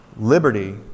liberty